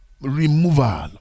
removal